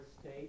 state